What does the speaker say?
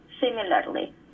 Similarly